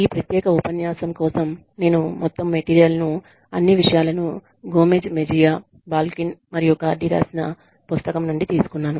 ఈ ప్రత్యేక ఉపన్యాసం కోసం నేను మొత్తం మెటీరియల్ ను అన్ని విషయాలను గోమెజ్ మెజియా బాల్కిన్ మరియు కార్డిGomez Mejia Balkin and Cardy రాసిన పుస్తకం నుండి తీసుకున్నాను